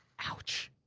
ouch.